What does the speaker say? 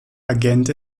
agent